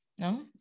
No